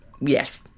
Yes